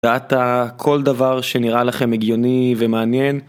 דאטה, כל דבר שנראה לכם הגיוני ומעניין.